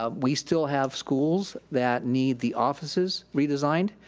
ah we still have schools that need the offices redesigned.